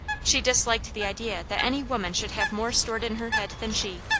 she disliked the idea that any woman should have more stored in her head than she,